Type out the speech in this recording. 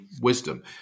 wisdom